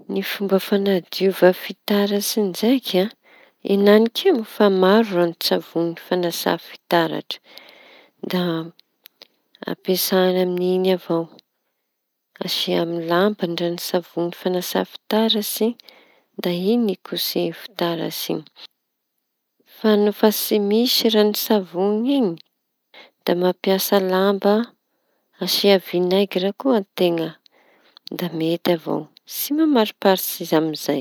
Ny fomba fañadiova fitaratsy ndraiky an enanik'io efa maro ranontsavoñy fañasa fitaratry. Da ampiasa amy iñy avao asia amy lamba ny ranontsavoñy fañasa fitaratsy. Da iñy no hikosehy fitaratsy iñy fa nofa tsy misy ranontsavoñy iñy da mampiasa lamba asia viñegry koa an-teña da mety avao tsy mamariparitsy izy amy zay.